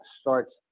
starts